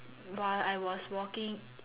while I was walking